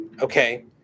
okay